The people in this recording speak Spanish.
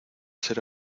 ser